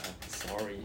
I'm sorry